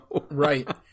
Right